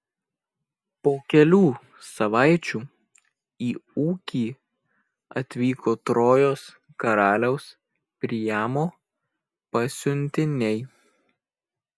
po kelių savaičių į ūkį atvyko trojos karaliaus priamo pasiuntiniai